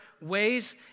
ways